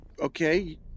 Okay